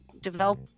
develop